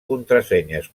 contrasenyes